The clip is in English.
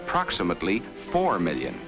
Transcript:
approximately four million